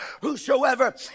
whosoever